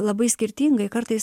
labai skirtingai kartais